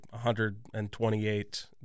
128